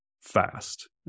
fast